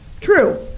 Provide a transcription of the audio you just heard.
True